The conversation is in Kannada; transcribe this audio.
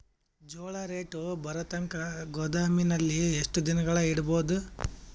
ಜೋಳ ರೇಟು ಬರತಂಕ ಗೋದಾಮಿನಲ್ಲಿ ಎಷ್ಟು ದಿನಗಳು ಯಿಡಬಹುದು?